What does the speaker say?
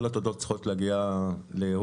כל התודות צריכות להגיע לאהוד,